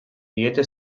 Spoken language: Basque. diete